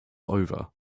over